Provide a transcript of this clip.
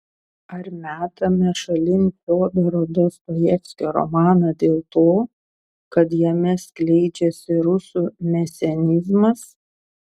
ar metame šalin fiodoro dostojevskio romaną dėl to kad jame skleidžiasi rusų mesianizmas